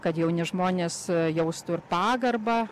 kad jauni žmonės jaustų ir pagarbą